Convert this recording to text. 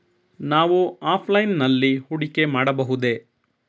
ನಾವು ಆಫ್ಲೈನ್ ನಲ್ಲಿ ಹೂಡಿಕೆ ಮಾಡಬಹುದೇ?